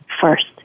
first